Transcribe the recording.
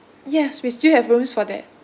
yes we still have rooms for that